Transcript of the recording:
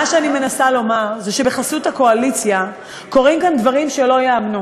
מה שאני מנסה לומר זה שבחסות הקואליציה קורים כאן דברים שלא ייאמנו,